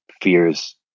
fears